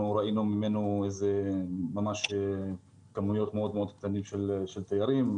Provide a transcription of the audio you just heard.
ראינו ממנו כמויות קטנות מאוד של תיירים.